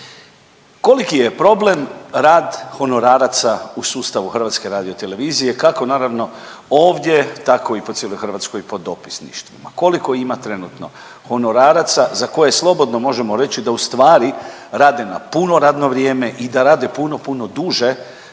koliki je problem rad honoraraca u sustavu HRT-a kako naravno ovdje tako i po cijeloj Hrvatskoj po dopisništvima, koliko ima trenutno honoraraca za koje slobodno možemo reći da ustvari rade na puno radno vrijeme i da rade puno, puno duže